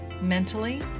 mentally